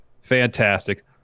fantastic